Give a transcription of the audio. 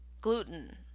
gluten